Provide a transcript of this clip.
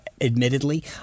admittedly